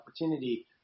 opportunity